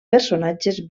personatges